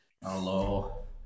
Hello